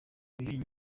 uyu